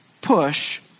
push